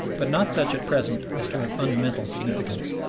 but not such, at present, as to have fundamental significance.